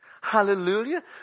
hallelujah